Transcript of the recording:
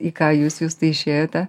į ką jūs justai išėjote